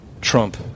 trump